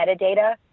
metadata